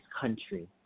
country